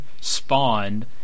spawned